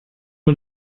man